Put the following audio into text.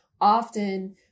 often